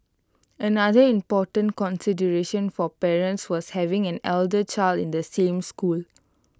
another important consideration for parents was having an elder child in the same school